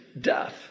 death